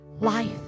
life